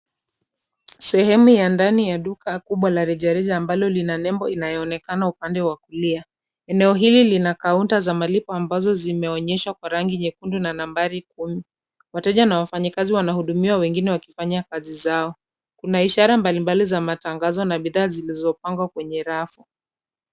Sehemu ya ndani ya duka kubwa la rejareja ambalo lina nembo inayoonekana upande wa kulia. Eneo hili lina counter za malipo ambazo zimeonyeshwa kwa rangi nyekundu na nambari kumi. Wateja na wafanyakazi wanahudumia wengine wakifanya kazi zao. Kuna ishara mbalimbali za matangazo na bidhaa zilizopangwa kwenye rafu.